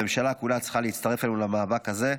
הממשלה כולה צריכה להצטרף אלינו למאבק הזה,